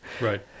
Right